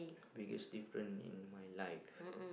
biggest difference in my life